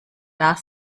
das